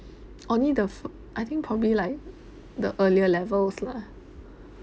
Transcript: only the for I think probably like the earlier levels lah